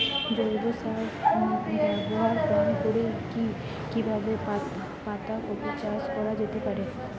জৈব সার ব্যবহার কম করে কি কিভাবে পাতা কপি চাষ করা যেতে পারে?